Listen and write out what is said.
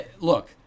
look